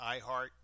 iHeart